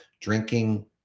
drinking